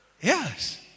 Yes